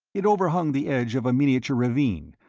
it overhung the edge of a miniature ravine,